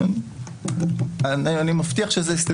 אני מקצר.